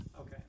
Okay